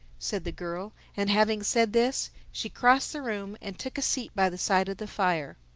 said the girl and having said this, she crossed the room and took a seat by the side of the fire.